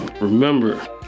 remember